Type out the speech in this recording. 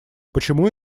почему